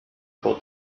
about